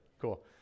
Cool